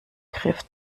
griff